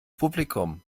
publikum